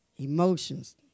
Emotions